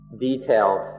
detailed